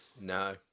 no